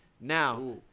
Now